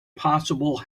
possible